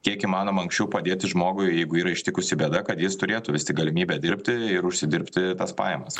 kiek įmanoma anksčiau padėti žmogui jeigu yra ištikusi bėda kad jūs turėtš vis tik galimybę dirbti ir užsidirbti tas pajamas